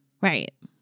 right